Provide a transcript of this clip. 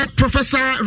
professor